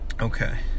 okay